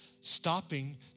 stopping